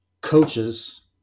coaches